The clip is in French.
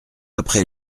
après